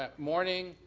um morning,